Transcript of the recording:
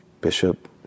Bishop